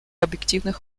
объективных